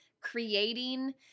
creating